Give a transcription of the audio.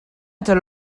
tal